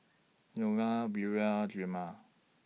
Neola Buel Drema